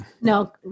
No